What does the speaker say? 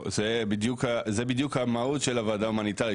זה בדיוק המהות של הוועדה ההומניטרית,